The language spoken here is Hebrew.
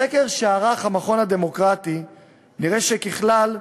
בסקר שערך המכון הישראלי לדמוקרטיה נראה שככלל,